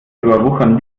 überwuchern